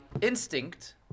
instinct